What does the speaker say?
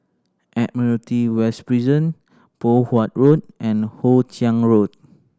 Admiralty West Prison Poh Huat Road and Hoe Chiang Road